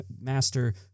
master